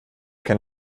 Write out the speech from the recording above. kann